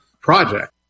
project